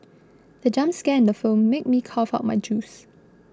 the jump scare in the film made me cough out my juice